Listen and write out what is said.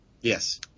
yes